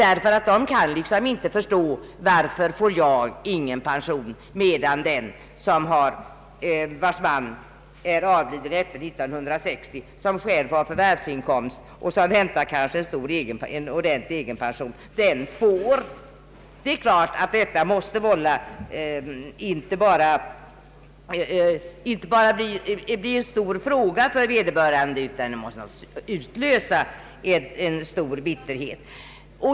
En änka kan liksom inte förstå, varför hon inte får någon änkepension, medan den änka vars man har avlidit efter 1960 och som kanske själv har förvärvsinkomst eller lyfter en ordentlig egenpension också får änkepension. Det är klart att detta är en stor fråga för vederbörande och måste utlösa en stor bitterhet.